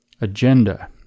agenda